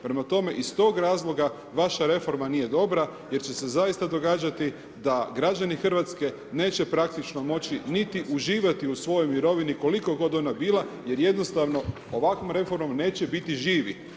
Prema tome iz tog razloga vaša reforma nije dobra jer će se zaista događati da građani Hrvatske neće praktično moći niti uživati u svojoj mirovini, koliko god ona bila, jer jednostavno ovakvom reformom neće biti živi.